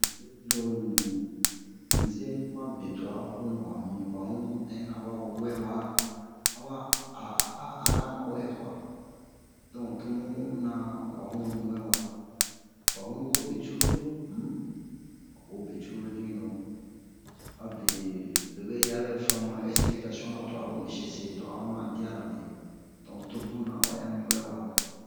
um lo wero in zeni mi ma be twa a bunna wa mi wa hunnu ɛna wa wɛwa awa a ara mawɛ kuwa donk to muna wa hunnu mi wɛwa wa hunnu wo be corolu wa wo be corolu hinnu abe lobe yabɛ faamu'an esplikasiyon na twa lo mesiye se aro ma diyara me donk to bunna wa ya mi wɛwa